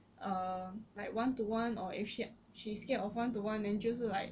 err like one to one or if she she scared of one to one then 就是 like